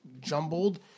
jumbled